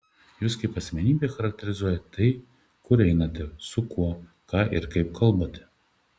jus kaip asmenybę charakterizuoja tai kur einate su kuo ką ir kaip kalbate